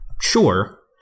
sure